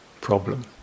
problem